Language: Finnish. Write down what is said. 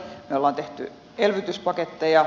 me olemme tehneet elvytyspaketteja